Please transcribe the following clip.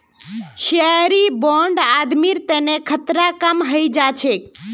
surety bond आदमीर तना खतरा कम हई जा छेक